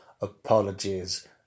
Apologies